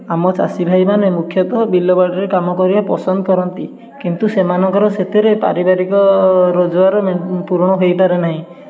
ଆମ ଚାଷୀ ଭାଇମାନେ ମୁଖ୍ୟତଃ ବିଲବାଡ଼ିରେ କାମ କରିବା ପସନ୍ଦ କରନ୍ତି କିନ୍ତୁ ସେମାନଙ୍କର ସେଥିରେ ପାରିବାରିକ ରୋଜଗାର ପୂରଣ ହେଇ ପାରୁନାହିଁ